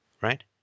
right